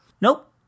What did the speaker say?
Nope